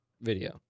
video